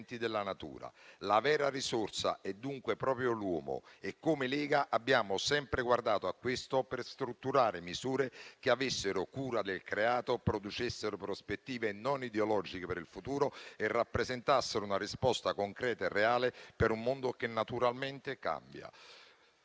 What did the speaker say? La vera risorsa è dunque proprio l'uomo e come Lega abbiamo sempre guardato a questo per strutturare misure che avessero cura del Creato, producessero prospettive non ideologiche per il futuro e rappresentassero una risposta concreta e reale per un mondo che, naturalmente, cambia.